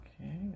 Okay